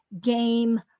game